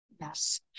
Yes